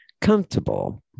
comfortable